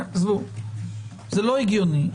זה לא הגיוני.